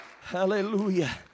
Hallelujah